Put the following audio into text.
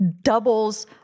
doubles